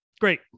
great